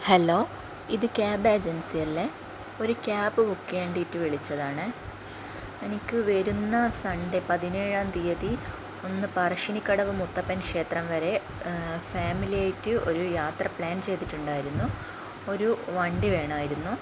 hello ഇത് cab agency അല്ലേ ഒരു ക്യാബ് ബുക്ക് ചെയ്യാൻ വേണ്ടിയിട്ട് വിളിച്ചതാണ് എനിക്ക് വരുന്ന സൺഡേ പതിനേഴാം തീയതി ഒന്ന് പറശ്ശിനിക്കടവ് മുത്തപ്പൻ ക്ഷേത്രം വരെ ഫാമിലി ആയിട്ട് ഒരു യാത്ര പ്ലാൻ ചെയ്തിട്ടുണ്ടായിരുന്നു ഒരു വണ്ടി വേണമായിരുന്നു